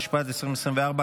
התשפ"ד 2024,